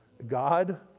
God